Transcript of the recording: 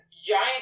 giant